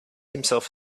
himself